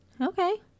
Okay